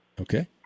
Okay